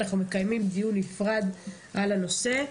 אנחנו מקיימים דיון נפרד על הנושא.